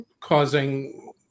causing